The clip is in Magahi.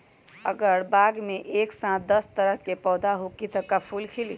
अगर बाग मे एक साथ दस तरह के पौधा होखि त का फुल खिली?